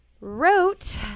wrote